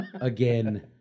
again